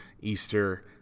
Easter